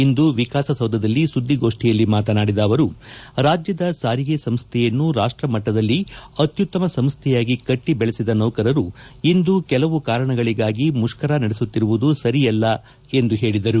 ಇಂದು ವಿಕಾಸೌಧದಲ್ಲಿ ಸುದ್ದಿಗೋಷ್ಠಿಯಲ್ಲಿ ಮಾತನಾಡಿದ ಅವರು ರಾಜ್ಯದ ಸಾರಿಗೆ ಸಂಸ್ಥೆಯನ್ನು ರಾಷ್ಷಮಟ್ಟದಲ್ಲಿ ಅತ್ತುತ್ತಮ ಸಂಸ್ಥೆಯಾಗಿ ಕಟ್ಟ ಬೆಳೆಸಿದ ನೌಕರರು ಇಂದು ಕೆಲವು ಕಾರಣಗಳಿಗಾಗಿ ಮುಷ್ಕರ ನಡೆಸುತ್ತಿರುವುದು ಸರಿಯಲ್ಲ ಎಂದು ಹೇಳದರು